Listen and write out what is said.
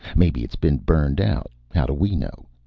maybe it's been burned out how do we know?